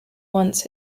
once